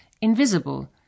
invisible